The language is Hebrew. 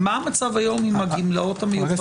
מה המצב היום עם הגמלאות המיוחדות?